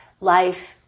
life